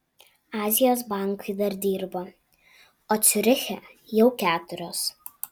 azijos bankai dar dirba o ciuriche jau keturios